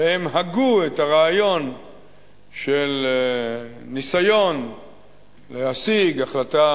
והם הגו את הרעיון של ניסיון להשיג החלטה